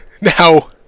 Now